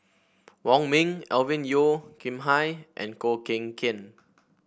Wong Ming Alvin Yeo Khirn Hai and Koh Ken Kian